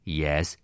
yes